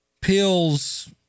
pills